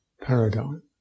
paradigm